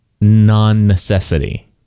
non-necessity